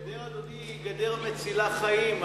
הגדר, אדוני, היא גדר מצילה חיים.